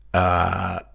ah,